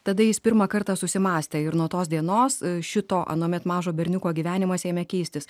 tada jis pirmą kartą susimąstė ir nuo tos dienos šito anuomet mažo berniuko gyvenimas ėmė keistis